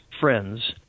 friends